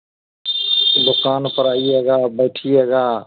दुकान पर आइएगा बैठिएगा